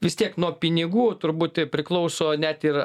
vis tiek nuo pinigų turbūt priklauso net ir